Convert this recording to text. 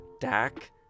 Dak